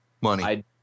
Money